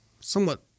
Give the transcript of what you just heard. somewhat